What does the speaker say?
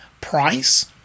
price